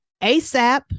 asap